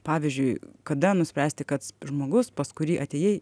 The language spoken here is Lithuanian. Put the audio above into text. pavyzdžiui kada nuspręsti kad žmogus pas kurį atėjai